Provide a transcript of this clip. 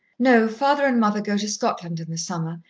no. father and mother go to scotland in the summer,